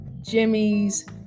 Jimmy's